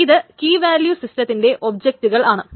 ഇത് കീവാല്യൂ സിസ്റ്റത്തിന്റെ ഒബ്ജക്റ്റ്കൾ ആണ്